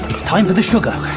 it's time for the sugar.